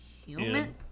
Human